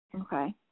Okay